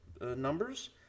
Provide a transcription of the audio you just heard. numbers